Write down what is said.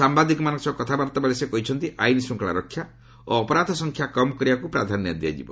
ସାମ୍ଭାଦିକମାନଙ୍କ ସହ କଥାବାର୍ତ୍ତା ବେଳେ ସେ କହିଛନ୍ତି ଆଇନ ଶୃଙ୍ଖଳା ରକ୍ଷା ଓ ଅପରାଧ ସଂଖ୍ୟା କମ୍ କରିବାକୁ ପ୍ରାଧାନ୍ୟ ଦିଆଯିବ